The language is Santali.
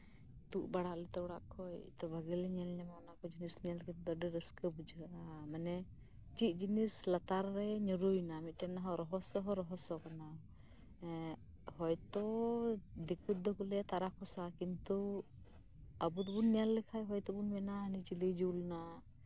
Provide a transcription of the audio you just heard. ᱛᱳᱫ ᱵᱟᱲᱟ ᱟᱞᱮ ᱛᱚ ᱚᱲᱟᱜ ᱠᱷᱚᱭ ᱛᱚ ᱵᱷᱟᱞᱮ ᱧᱮᱞ ᱧᱟᱢᱟ ᱚᱱᱟ ᱠᱚ ᱡᱤᱱᱤᱥ ᱧᱮᱞ ᱠᱟᱛᱮ ᱫᱚ ᱟᱹᱰᱤ ᱨᱟᱹᱥᱠᱟ ᱵᱩᱡᱷᱟᱹᱜᱼᱟ ᱢᱟᱱᱮ ᱪᱮᱫ ᱡᱤᱱᱤᱥ ᱞᱟᱛᱟᱨ ᱨᱮ ᱧᱩᱨᱩᱭᱱᱟ ᱢᱮᱛᱴᱮᱱ ᱨᱚᱦᱚᱥᱚ ᱦᱚᱸ ᱨᱚᱦᱚᱥᱚ ᱠᱟᱱᱟ ᱦᱚᱭ ᱛᱚ ᱫᱤᱠᱩ ᱛᱮᱫᱚ ᱠᱚ ᱞᱟᱹᱭᱟ ᱛᱟᱨᱟ ᱠᱷᱚᱥᱟ ᱠᱤᱱᱛᱩ ᱟᱵᱚ ᱫᱚᱵᱚᱱ ᱧᱮᱞ ᱞᱮᱠᱷᱟᱱ ᱦᱳᱭ ᱛᱚᱵᱚᱱ ᱢᱮᱱᱟ ᱦᱟᱹᱱᱤ ᱪᱤᱞᱤ ᱡᱩᱞᱱᱟᱭ